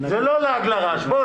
בוא,